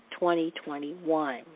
2021